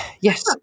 yes